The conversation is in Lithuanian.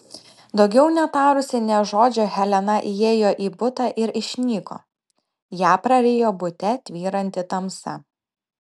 daugiau netarusi nė žodžio helena įėjo į butą ir išnyko ją prarijo bute tvyranti tamsa